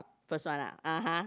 first one ah (uh huh)